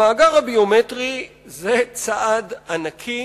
המאגר הביומטרי הוא צעד ענקי